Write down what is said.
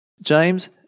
James